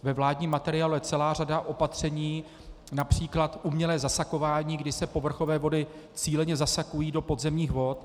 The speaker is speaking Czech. Ve vládním materiálu je celá řada opatření, například umělé zasakování, kdy se povrchové vody cíleně zasakují do podzemních vod.